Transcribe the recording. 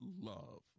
love